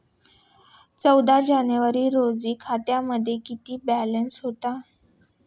चौदा जानेवारी रोजी खात्यामध्ये किती बॅलन्स होता?